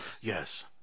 yes